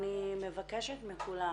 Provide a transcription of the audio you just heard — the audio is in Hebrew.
אני מבקשת מכולן,